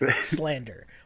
slander